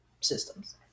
systems